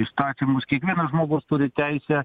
įstatymus kiekvienas žmogus turi teisę